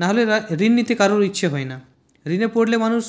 নাহলে ঋণ নিতে কারুর ইচ্ছা হয় না ঋণে পড়লে মানুষ